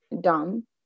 dumb